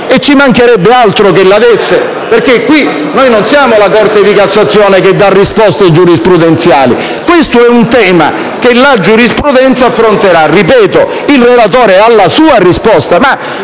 ci mancherebbe altro che la desse. Noi non siamo la Corte di cassazione che dà risposte giurisprudenziali; questo è un tema che la giurisprudenza affronterà. Ripeto, il relatore ha la sua risposta,